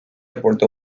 aporte